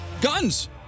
Guns